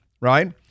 right